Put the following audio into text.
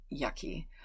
yucky